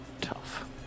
tough